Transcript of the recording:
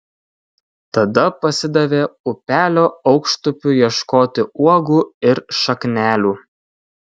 tada pasidavė upelio aukštupiu ieškoti uogų ir šaknelių